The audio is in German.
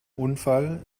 unfall